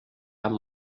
amb